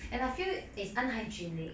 and I feel it's unhygienic